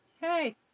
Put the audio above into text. Hey